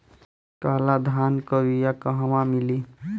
काला धान क बिया कहवा मिली?